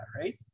right